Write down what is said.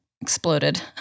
exploded